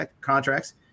contracts